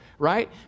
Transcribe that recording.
right